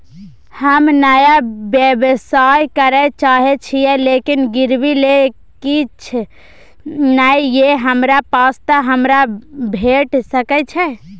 हम नया व्यवसाय करै चाहे छिये लेकिन गिरवी ले किछ नय ये हमरा पास त हमरा भेट सकै छै?